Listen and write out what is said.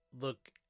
look